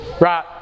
Right